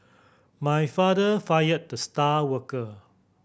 my father fired the star worker